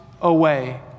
away